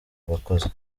abakozi